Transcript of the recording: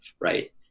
right